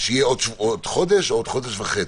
שיהיה עוד חודש או עוד חודש וחצי.